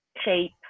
shape